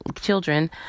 children